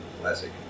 classic